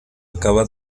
acaba